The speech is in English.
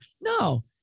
No